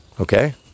Okay